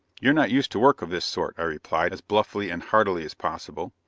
you're not used to work of this sort, i replied, as bluffly and heartily as possible.